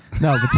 No